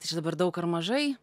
tai čia dabar daug ar mažai